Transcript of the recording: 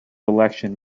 election